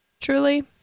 truly